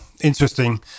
interesting